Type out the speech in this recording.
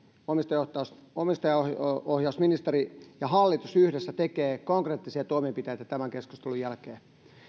omistajaohjausministeri ja hallitus yhdessä tekevät konkreettisia toimenpiteitä tämän keskustelun jälkeen